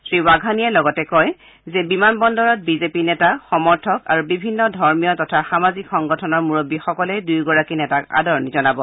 শ্ৰীৱাঘানিয়ে লগতে কয় যে বিমানবন্দৰত বিজেপি নেতা সমৰ্থক আৰু বিভিন্ন ধৰ্মীয় তথা সামাজিক সংগঠনৰ মূৰববীসকলে দুয়োগৰাকী নেতাক আদৰণি জনাব